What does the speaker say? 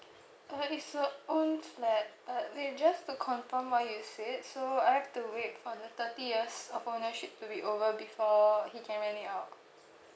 uh it's a old flat uh we're just to confirm why is it so I have to wait for the thirty years of ownership to be over before he can rent it out